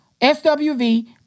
SWV